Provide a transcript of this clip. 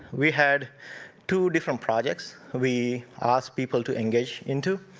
we had two different projects we asked people to engage into.